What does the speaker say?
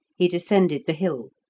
he descended the hill,